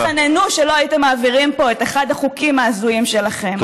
אתם תתחננו שלא הייתם מעבירים פה את אחד החוקים ההזויים שלכם.